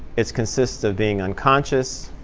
it consists of being unconscious.